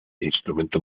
instrumento